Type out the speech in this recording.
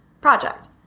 Project